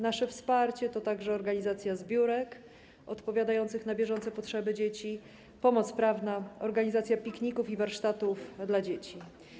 Nasze wsparcie to także organizacja zbiórek odpowiadających na bieżące potrzeby dzieci, pomoc prawna, organizacja pikników i warsztatów dla dzieci.